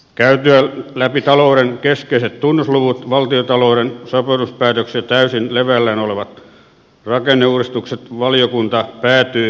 käytyään läpi talouden keskeiset tunnusluvut valtiontalouden sopeutuspäätökset ja täysin levällään olevat rakenneuudistukset valiokunta päätyy murheelliseen lopputulokseen